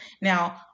Now